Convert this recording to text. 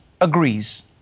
agrees